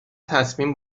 تصمیم